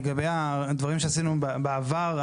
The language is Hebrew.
לגבי הדברים שעשינו בעבר,